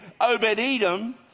Obed-Edom